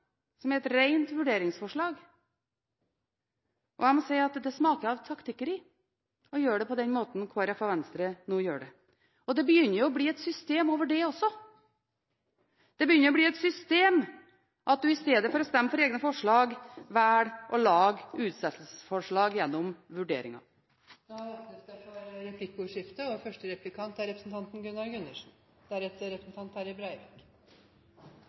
som er et rent vurderingsforslag. Jeg må si at det smaker av taktikkeri å gjøre det på den måten Kristelig Folkeparti og Venstre nå gjør det, og det begynner å bli et system over det også. Det begynner å bli et system at man i stedet for å stemme for egne forslag, velger å lage utsettelsesforslag gjennom vurderinger. Det åpnes for replikkordskifte. «Skadelig for distriktene», sa representanten